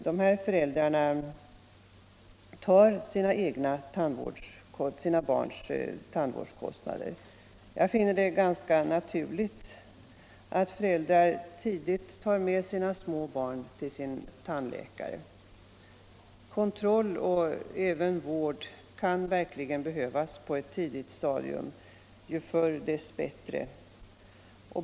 Dessa föräldrar svarar ju för sina barns tandvårdskostnader. Jag finner det ganska naturligt att föräldrar tidigt tar med sina små barn till sin tandläkare. Både kontroll och vård kan verkligen behövas på ett tidigt stadium. Ju förr dess bättre.